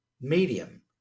medium